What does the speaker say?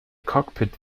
cockpit